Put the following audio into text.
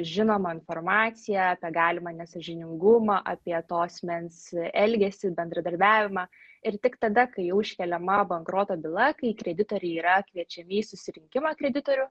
žinomą informaciją apie galimą nesąžiningumą apie to asmens elgesį bendradarbiavimą ir tik tada kai jau iškeliama bankroto byla kai kreditoriai yra kviečiami į susirinkimą kreditorių